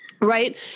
Right